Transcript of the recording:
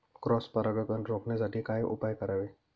Cross परागकण रोखण्यासाठी काय उपाय करावे?